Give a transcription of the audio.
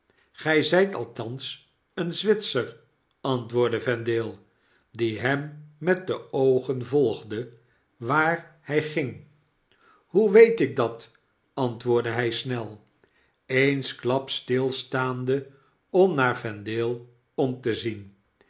althans een zwitser antwoordde vendale die hem met de oogen volgde waar hy ging hoe weet ik dat antwoordde hy snel eensklaps stilstaande om naar vendale om tezien